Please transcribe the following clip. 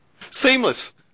Seamless